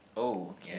oh okay